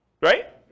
Right